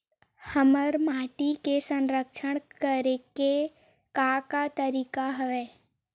हमर माटी के संरक्षण करेके का का तरीका हवय?